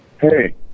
Hey